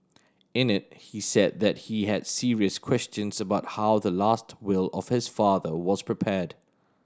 in it he said that he had serious questions about how the last will of his father was prepared